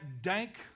dank